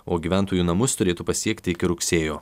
o gyventojų namus turėtų pasiekti iki rugsėjo